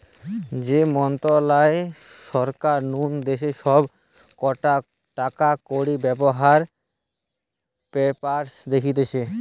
যে মন্ত্রণালয় সরকার নু দেশের সব কটা টাকাকড়ির ব্যাপার স্যাপার দেখতিছে